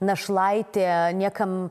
našlaitė niekam